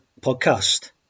podcast